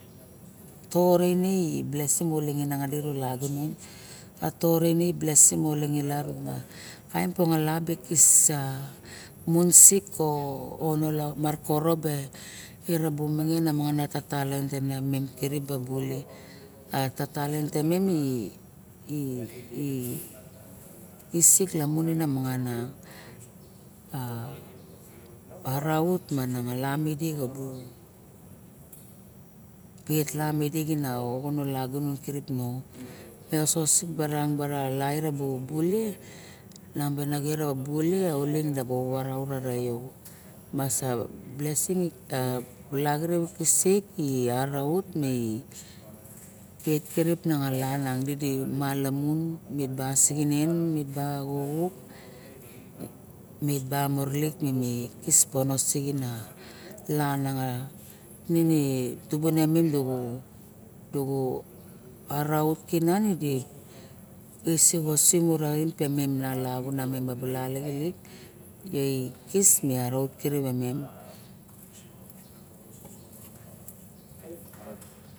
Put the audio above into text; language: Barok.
Toxo raine i blesing mene lingene legunon ma to re i blessings moxo re ulagunon a tore inne a taem e mongo la i kis a mun siko i mo ono orobe iraby bubule a tatalien tememi sik lamon na mangana a araut ma nangla ut bek la me malanun ulagunon kirip no me osoxo sik barang bara lairet bure nang banging bule long bana buvarait io masa blessing ula xirip kisip tubuna mem met ba burulik kis kobon sixin langa tubuna mem raut kinan de mi kis di araut kirip i mem.